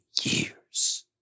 years